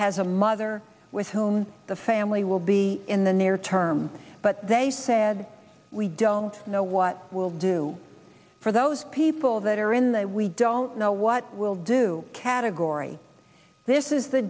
has a mother with whom the family will be in the near term but they said we don't know what will do for those people that are in the we don't know what we'll do category this is the